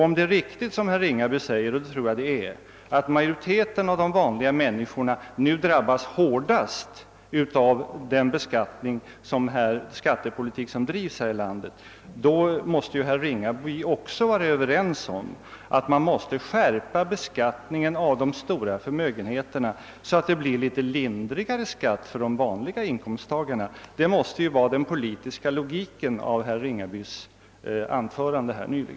Om det är riktigt som herr Ringaby säger — och det tror jag det är — att majoriteten av de vanliga människorna nu drabbas hårdast av den skattepolitik som drivs här i landet, måste herr Ringaby hålla med om att man bör skärpa beskattningen av de stora förmögenheterna så att det blir litet lindrigare skatt för de vanliga inkomsttagarna. Det måste vara den politiska logiken i herr Ringabys anförande nyss.